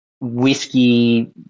whiskey